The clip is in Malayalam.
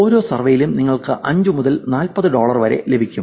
ഓരോ സർവേയിലും നിങ്ങൾക്ക് 5 മുതൽ 40 ഡോളർ വരെ ലഭിക്കും